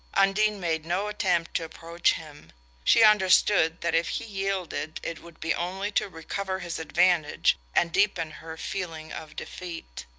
undine made no attempt to approach him she understood that if he yielded it would be only to recover his advantage and deepen her feeling of defeat.